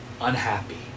Unhappy